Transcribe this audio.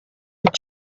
had